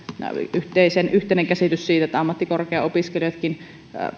yhteinen yhteinen käsitys siitä että ammattikorkeaopiskelijatkin